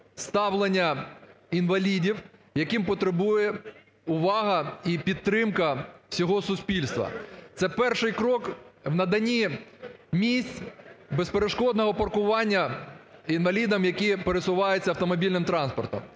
ставлення інвалідів, яким потребує увага і підтримка всього суспільства. Це перший крок в наданні місць безперешкодного паркування інвалідам, які пересуваються автомобільним транспортом.